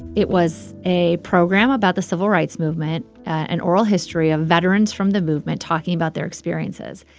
it was a program about the civil rights movement, an oral history of veterans from the movement talking about their experiences.